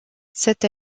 cette